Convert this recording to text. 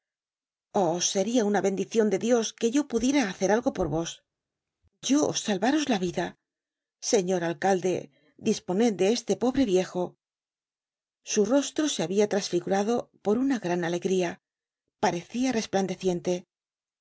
oh seria una bendicion de dios que yo pudiera hacer algo por vos yo salvaros la vida señor alcalde disponed de este pobre viejo content from google book search generated at su rostro se habia trasfigurado por una gran alegría parecia resplandeciente